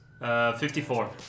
54